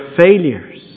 failures